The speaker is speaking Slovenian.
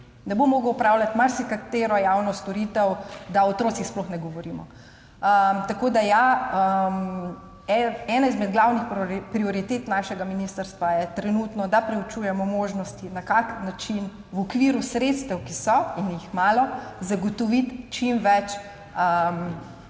ne bodo mogli uporabljati marsikatere javne storitve, da o otrocih sploh ne govorimo. Ena izmed glavnih prioritet našega ministrstva je trenutno ta, da preučujemo možnosti, na kakšen način v okviru sredstev, ki so in jih je malo, zagotoviti čim več